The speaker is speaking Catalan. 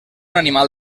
animal